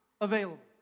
available